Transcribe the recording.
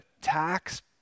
tax